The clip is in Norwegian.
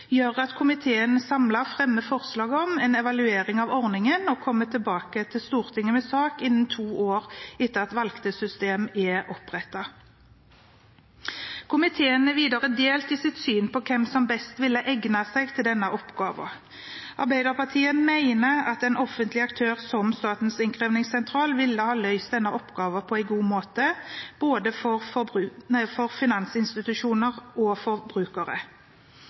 gjør at en samlet komité fremmer forslag om å evaluere ordningen og komme tilbake til Stortinget med sak innen to år etter at valgte system er opprettet. Komiteen er videre delt i synet på hvem som best egner seg for denne oppgaven. Arbeiderpartiet mener en offentlig aktør som Statens innkrevingssentral ville ha løst denne oppgaven på en god måte både for finansinstitusjoner og for